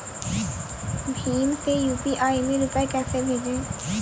भीम से यू.पी.आई में रूपए कैसे भेजें?